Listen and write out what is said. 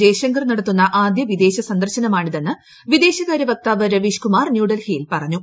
ജയശങ്കർ നടത്തുന്ന ആദ്യ വിദേശ സന്ദർശനമാണിതെന്ന് വിദേശകാര്യ വക്താവ് രവീഷ്കുമാർ ന്യൂഡൽഹിയിൽ പറഞ്ഞു